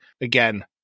Again